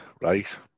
right